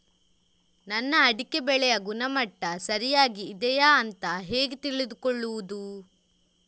ನನ್ನ ಅಡಿಕೆ ಬೆಳೆಯ ಗುಣಮಟ್ಟ ಸರಿಯಾಗಿ ಇದೆಯಾ ಅಂತ ಹೇಗೆ ತಿಳಿದುಕೊಳ್ಳುವುದು?